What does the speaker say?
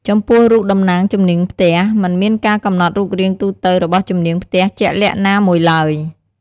ចំពោះរូបតំណាងជំនាងផ្ទះ មិនមានការកំណត់រូបរាងទូទៅរបស់ជំនាងផ្ទះជាក់លាក់ណាមួយឡើយ។